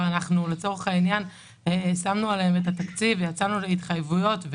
אנחנו לצורך העניין שמנו עליהם את התקציב ויצאנו להתחייבויות.